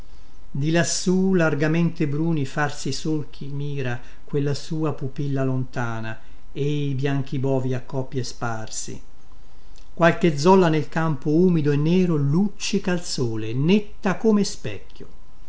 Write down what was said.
di lassù largamente bruni farsi i solchi mira quella sua pupilla lontana e i bianchi bovi a coppie sparsi qualche zolla nel campo umido e nero luccica al sole netta come specchio